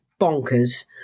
bonkers